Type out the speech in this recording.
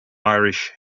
irish